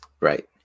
right